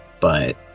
but,